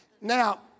Now